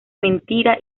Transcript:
mentira